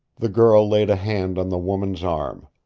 the girl laid a hand on the woman's arm.